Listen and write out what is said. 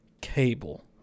Cable